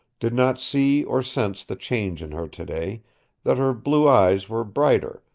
did not see or sense the change in her today that her blue eyes were brighter,